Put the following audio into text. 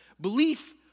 belief